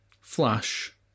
Flash